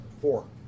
four